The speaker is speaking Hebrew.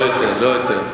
לא יותר.